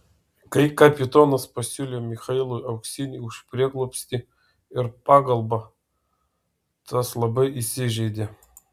kai kapitonas pasiūlė michailui auksinį už prieglobstį ir pagalbą tas labai įsižeidė